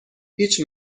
هیچ